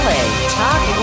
Talk